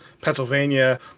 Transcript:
Pennsylvania